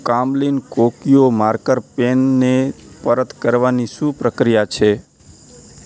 Camlin Kokuyo marker પેનને પરત કરવાની શું પ્રક્રિયા છે